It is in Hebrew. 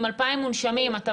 עם 2,000 מונשמים, ד"ר אלעד?